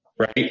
Right